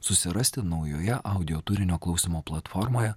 susirasti naujoje audio turinio klausymo platformoje